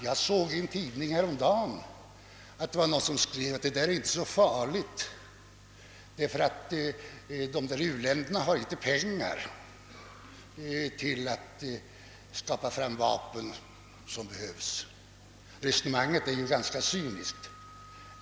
Jag såg i en tidning häromdagen att någon skrev att situationen inte är så farlig eftersom u-länderna inte har pengar för att skaffa de vapen som behövs. Resonemanget är ju ganska cyniskt.